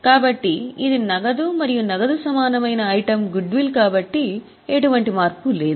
కాబట్టి ఇది నగదు మరియు నగదు సమానమైన ఐటెమ్ గుడ్విల్ కాబట్టి ఎటువంటి మార్పు లేదు